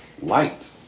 light